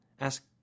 ask